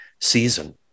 season